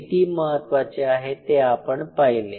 किती महत्त्वाचे आहे ते आपण पाहिले